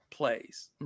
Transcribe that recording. plays